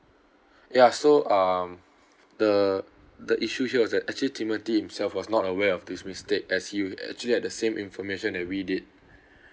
ya so um the the issue here was that actually timothy himself was not aware of this mistake as he actually had the same information that we did